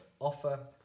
offer